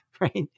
right